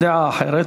דעה אחרת.